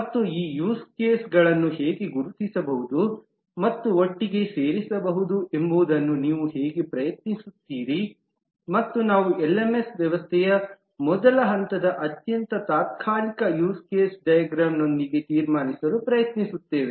ಮತ್ತು ಈ ಯೂಸ್ ಕೇಸ್ಗಳನ್ನು ಹೇಗೆ ಗುರುತಿಸಬಹುದು ಮತ್ತು ಒಟ್ಟಿಗೆ ಸೇರಿಸಬಹುದು ಎಂಬುದನ್ನು ನೀವು ಹೇಗೆ ಪ್ರಯತ್ನಿಸುತ್ತೀರಿ ಮತ್ತು ನಾವು ಎಲ್ಎಂಎಸ್ ವ್ಯವಸ್ಥೆಯ ಮೊದಲ ಹಂತದ ಅತ್ಯಂತ ತಾತ್ಕಾಲಿಕ ಯೂಸ್ ಕೇಸ್ ಡೈಗ್ರಾಮ್ನೊಂದಿಗೆ ತೀರ್ಮಾನಿಸಲು ಪ್ರಯತ್ನಿಸುತ್ತೇವೆ